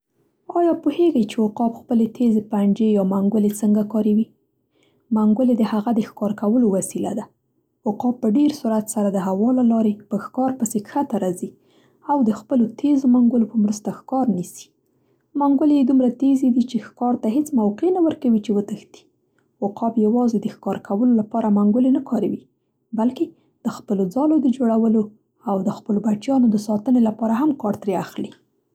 آیا پوهېږئ چې عقاب خپلې تېزې پنجې یا منګولې څنګه کاروي؟ منګولې د هغه د ښکار کولو وسله ده. عقاب په ډېر سرعت سره د هوا له لارې په ښکار پسې ښکته راځي او د خپلو تېزو منګلو په مرسته ښکار نیسي. منګلوې یې دومره تېزې دي چې ښکار ته هیڅ موقع نه ورکوي چې وتښتي. عقاب یوازې د ښکار کولو لپاره منګلوې نه کاروي، بلکې د خپلو ځالو د جوړولو او د خپلو بچیانو د ساتنې لپاره هم کار ترې اخلي.